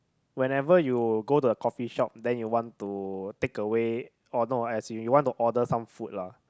whenever you go to a coffee shop then you want to take away or not as in you want to order some food lah